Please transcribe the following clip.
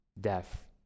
death